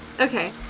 Okay